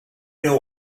know